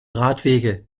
radwege